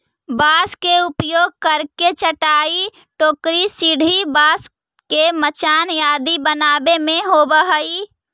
बाँस के उपयोग करके चटाई, टोकरी, सीढ़ी, बाँस के मचान आदि बनावे में होवऽ हइ